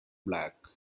black